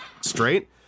straight